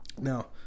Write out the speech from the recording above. Now